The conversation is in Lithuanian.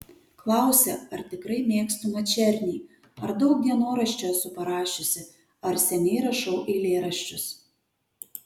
klausia ar tikrai mėgstu mačernį ar daug dienoraščio esu parašiusi ar seniai rašau eilėraščius